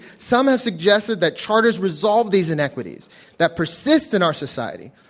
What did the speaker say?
some have suggested that charters resolve these and equities that persist in our society,